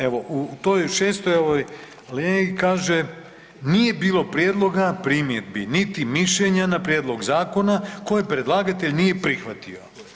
Evo, u toj 6. ovoj aleji kaže, nije bilo prijedloga, primjedbi niti mišljenja na prijedlog zakona koje predlagatelj nije prihvatio.